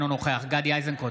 אינו נוכח גדי איזנקוט,